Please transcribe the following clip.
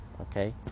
okay